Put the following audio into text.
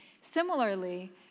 Similarly